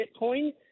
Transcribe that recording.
Bitcoin